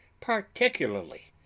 particularly